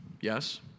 Yes